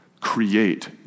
create